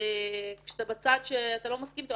כשאתה בצד שאתה לא מסכים אתו.